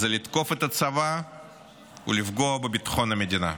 הוא לתקוף את הצבא ולפגוע בביטחון המדינה.